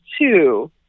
two